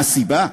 מה הסיבה?